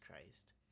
Christ